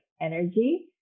energy